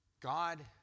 God